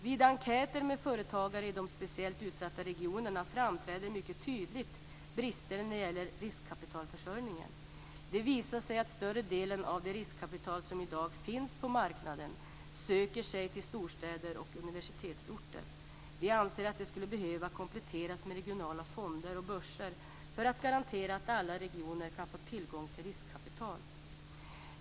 Vid enkäter med företagare i de speciellt utsatta regionerna framträder mycket tydligt brister när det gäller riskkapitalförsörjningen. Det visar sig att större delen av det riskkapital som i dag finns på marknaden söker sig till storstäder och universitetsorter. Vi anser att dessa skulle behöva kompletteras med regionala fonder och börser för att garantera att alla regioner kan få tillgång till riskkapital.